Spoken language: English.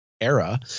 era